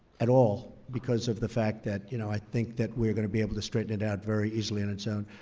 at all because of the fact that you know i think that we're going to be able to straighten it out very easily on its own.